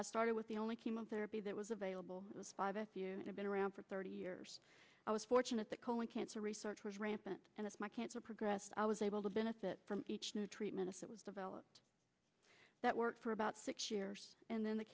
i started with the only chemotherapy that was available was five if you have been around for thirty years i was fortunate that colon cancer research was rampant and it's my cancer progressed i was able to benefit from each new treatment that was developed that worked for about six years and then the